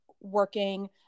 working